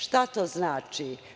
Šta to znači?